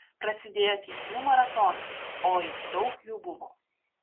prasidėjo teismų maratonas oi daug jų buvo